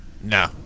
No